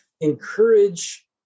encourage